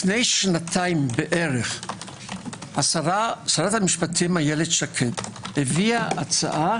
לפני כשנתיים שרת המשפטים אילת שקד הביאה הצעה